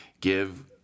give